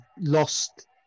lost